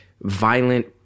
violent